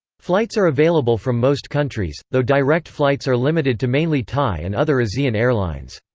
flights are available from most countries, though direct flights are limited to mainly thai and other asean airlines.